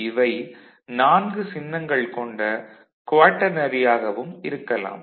இவை 4 சின்னங்கள் கொண்ட குவாட்டர்னரியாகவும் இருக்கலாம்